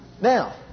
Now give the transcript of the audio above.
Now